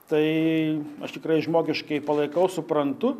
tai aš tikrai žmogiškai palaikau suprantu